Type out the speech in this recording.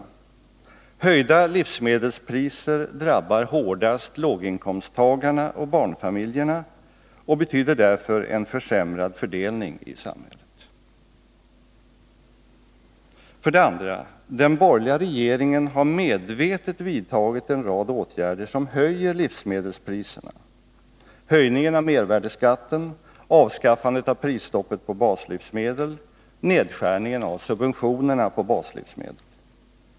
Höjda livsmedelspriser drabbar hårdast låginkomsttagarna och barnfamiljerna och betyder därför en försämrad fördelning i samhället. 2. Den borgerliga regeringen har medvetet vidtagit en rad åtgärder som höjer livsmedelspriserna — höjningen av mervärdeskatten, avskaffandet av prisstoppet på baslivsmedel och nedskärningen av subventionerna på baslivsmedel.